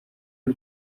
y’u